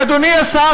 ואדוני השר,